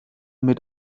mit